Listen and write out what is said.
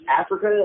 Africa